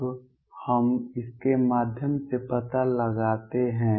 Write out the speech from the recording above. अब हम इसके माध्यम से पता लगाते हैं